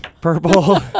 purple